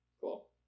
cool